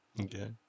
Okay